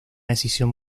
decisión